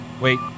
Wait